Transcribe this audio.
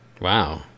Wow